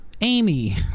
Amy